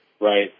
right